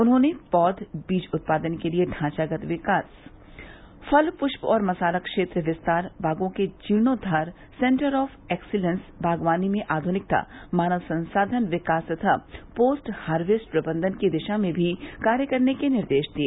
उन्होंने पौध बीज उत्पादन के लिए ढांचागत विकास फल पुष्प और मसाला क्षेत्र विस्तार बागो के जीर्णोद्वार सेन्टर आफ़ एक्सीलेंस बागवानी में आध्निकता मानव संसाधन विकास तथा पोस्ट हार्येस्ट प्रबंधन की दिशा में भी कार्य करने के निर्देश दिए